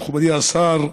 מכובדי השר,